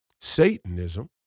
Satanism